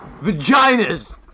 Vaginas